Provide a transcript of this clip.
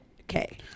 Okay